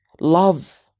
love